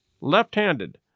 left-handed